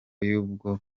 y’ubwo